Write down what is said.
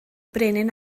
brenin